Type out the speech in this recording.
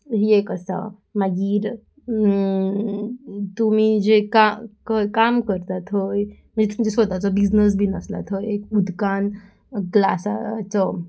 ही एक आसा मागीर तुमी जे काम करता थंय म्हणजे तुमचे स्वताचो बिजनस बीन आसला थंय एक उदकान ग्लासाचो